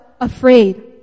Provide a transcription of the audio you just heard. afraid